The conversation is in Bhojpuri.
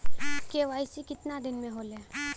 के.वाइ.सी कितना दिन में होले?